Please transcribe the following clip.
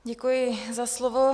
Děkuji za slovo.